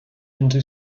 into